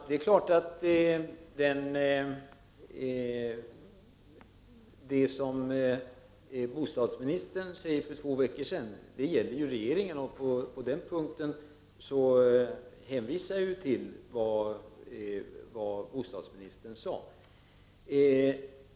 Herr talman! Det är klart att det som bostadsministern sade för två veckor sedan också är regeringens uppfattning. På den punkten hänvisar jag ju till vad bostadsministern sade.